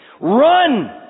Run